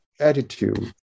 attitude